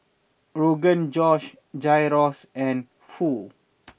Rogan Josh Gyros and Pho